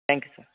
thank you sir